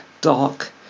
Dark